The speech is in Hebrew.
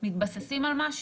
מתבססים על משהו,